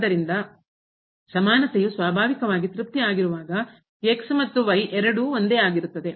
ಆದ್ದರಿಂದ ಸಮಾನತೆಯು ಸ್ವಾಭಾವಿಕವಾಗಿ ತೃಪ್ತಿ ಆಗಿರುವಾಗ ಮತ್ತು ಎರಡೂ ಒಂದೇ ಇರುತ್ತದೆ